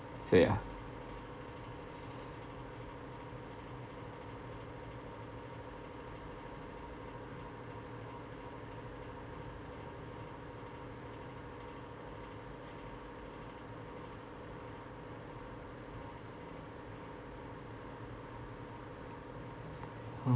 so ya